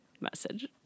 message